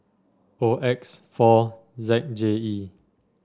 O X four Z J E